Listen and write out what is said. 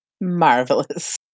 Marvelous